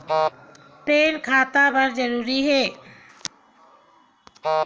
Pan खाता बर जरूरी हे?